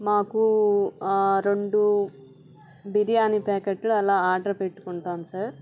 మాకు రెండు బిర్యానీ ప్యాకెట్లు అలా ఆర్డర్ పెట్టుకుంటాం సార్